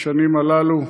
בשנים הללו.